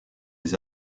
des